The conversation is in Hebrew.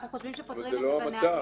אנחנו חושבים שפותרים את זה בנהלים הקיימים.